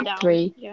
three